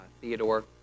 Theodore